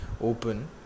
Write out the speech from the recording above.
open